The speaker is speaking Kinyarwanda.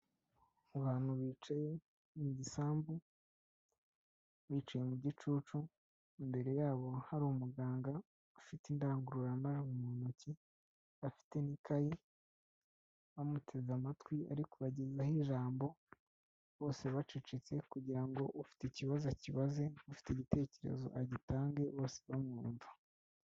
Mu bantu bicaye mu gisambu, bicaye mu gicucu imbere yabo hari umuganga ufite indangururamajwi mu ntoki afite n'ikayi bamuteze amatwi arikubagezaho ijambo bose bacecetse kugira ngo, ufite ikibazo akibaze ufite igitekerezo agitange bose bamwumva.